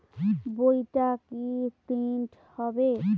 বইটা কি প্রিন্ট হবে?